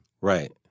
Right